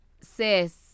sis